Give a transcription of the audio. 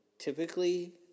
Typically